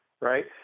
right